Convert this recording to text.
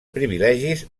privilegis